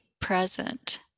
present